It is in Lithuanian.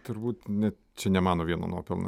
turbūt ne čia ne mano vieno nuopelnas